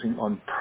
on